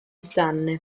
zanne